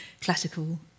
classical